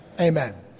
Amen